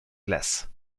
glace